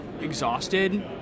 exhausted